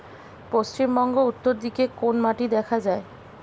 পশ্চিমবঙ্গ উত্তর দিকে কোন মাটি দেখা যায়?